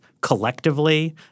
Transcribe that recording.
collectively